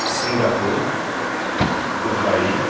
Singapore Dubai